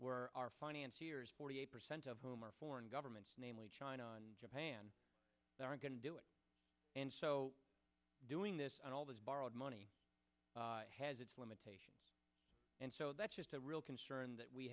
where our finance years forty eight percent of whom are foreign governments namely china and japan are going to do it and so doing this and all this borrowed money has its limitations and so that's just a real concern that we